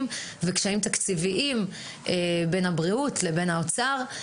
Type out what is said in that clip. וקשיים תקציביים בין הבריאות לבין האוצר.